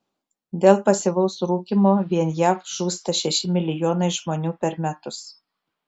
dėl pasyvaus rūkymo vien jav žūsta šeši milijonai žmonių per metus